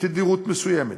בתדירות מסוימת.